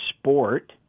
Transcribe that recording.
sport